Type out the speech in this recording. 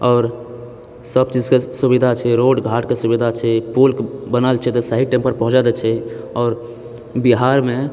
आओर सब चीजके सुविधा छै रोड बाटके सुविधा छै पुल बनल छै तऽ सही टाइम पर पहुँचाए दए छै आओर बिहारमे